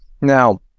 Now